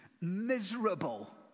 miserable